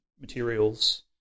materials